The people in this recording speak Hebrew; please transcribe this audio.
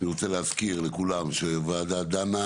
אני רוצה להזכיר לכולם שהוועדה דנה